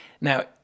Now